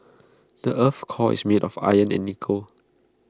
the Earth's core is made of iron and nickel